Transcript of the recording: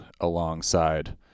alongside